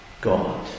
God